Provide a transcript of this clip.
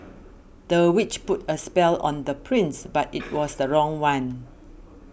the witch put a spell on the prince but it was the wrong one